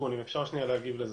להגיב לזה.